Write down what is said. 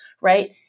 right